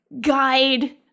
guide